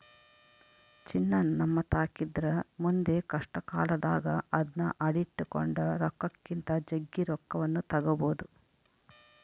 ಚಿನ್ನ ನಮ್ಮತಾಕಿದ್ರ ಮುಂದೆ ಕಷ್ಟಕಾಲದಾಗ ಅದ್ನ ಅಡಿಟ್ಟು ಕೊಂಡ ರೊಕ್ಕಕ್ಕಿಂತ ಜಗ್ಗಿ ರೊಕ್ಕವನ್ನು ತಗಬೊದು